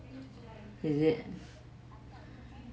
is it